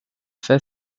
fait